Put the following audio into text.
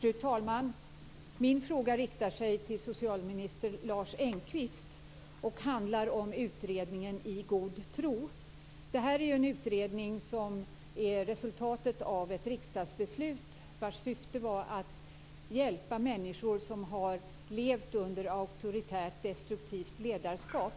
Fru talman! Min fråga riktar sig till socialminister Lars Engqvist och handlar om utredningen I god tro. Denna utredning är resultatet av ett riksdagsbeslut vars syfte var att hjälpa människor som levt under auktoritärt och destruktivt ledarskap